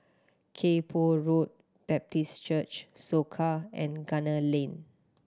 Kay Poh Road Baptist Church Soka and Gunner Lane